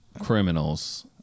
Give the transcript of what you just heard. Criminals